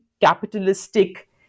capitalistic